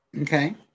Okay